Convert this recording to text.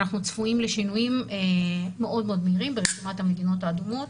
אנחנו צפויים לשינויים מאוד מהירים במדינות האדומות